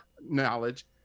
knowledge